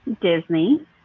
Disney